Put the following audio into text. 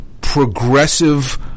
progressive